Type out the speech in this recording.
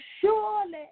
surely